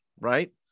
right